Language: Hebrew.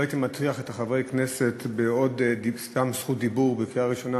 לא הייתי מטריח את חברי הכנסת בעוד סתם זכות דיבור בקריאה ראשונה,